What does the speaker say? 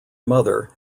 mother